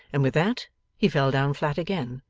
and with that he fell down flat again,